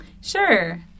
Sure